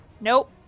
Nope